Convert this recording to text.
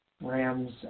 Rams